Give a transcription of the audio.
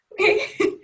okay